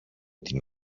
την